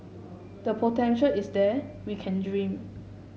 the potential is there we can dream